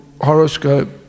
horoscope